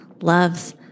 loves